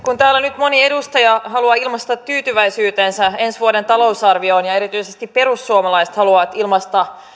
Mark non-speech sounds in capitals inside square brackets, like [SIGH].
[UNINTELLIGIBLE] kun täällä nyt moni edustaja haluaa ilmaista tyytyväisyytensä ensi vuoden talousarvioon ja erityisesti perussuomalaiset haluavat ilmaista